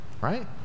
right